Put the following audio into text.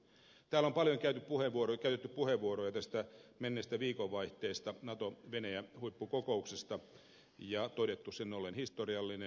täällä on paljon käytetty puheenvuoroja täs tä menneestä viikonvaihteesta natovenäjä huippukokouksesta ja todettu sen olleen historiallinen